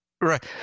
right